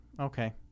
Okay